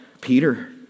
Peter